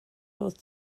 both